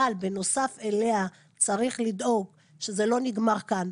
אבל בנוסף אליה צריך לדאוג שזה לא נגמר כאן,